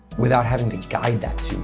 without having to guide that too